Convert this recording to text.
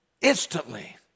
Instantly